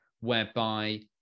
whereby